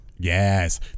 Yes